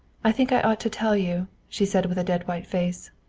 i think i ought to tell you, she said with a dead-white face,